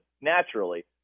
naturally